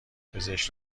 پزشک